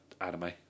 anime